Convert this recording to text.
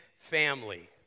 family